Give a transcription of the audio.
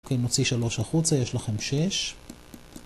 אוקיי, נוציא 3 החוצה, יש לכם 6.